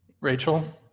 Rachel